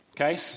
okay